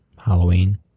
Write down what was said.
Halloween